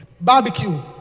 barbecue